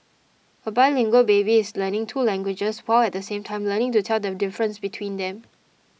a bilingual baby is learning two languages while at the same time learning to tell the difference between them